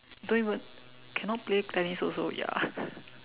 don't even cannot play tennis also ya